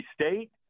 State